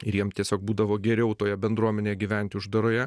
ir jiem tiesiog būdavo geriau toje bendruomenėje gyventi uždaroje